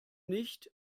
nicht